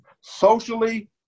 socially